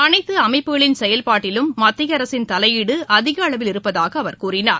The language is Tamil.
அனைத்து அமைப்புகளின் செயல்பாட்டிலும் மத்திய அரசின் தலையீடு அதிக அளவில் இருப்பதாக அவர் கூறினார்